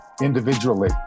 Individually